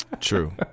True